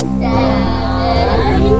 seven